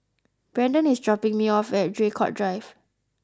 Brendon is dropping me off at Draycott Drive